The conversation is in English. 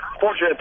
fortunate